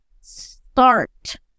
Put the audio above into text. start